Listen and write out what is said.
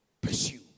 pursue